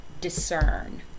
discern